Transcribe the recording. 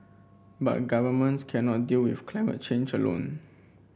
but governments cannot deal with climate change alone